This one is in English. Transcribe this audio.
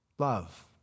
Love